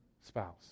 spouse